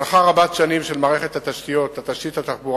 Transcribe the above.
הזנחה רבת שנים של מערכת התשתיות התחבורתית